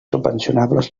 subvencionables